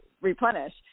replenish